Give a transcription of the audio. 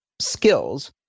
skills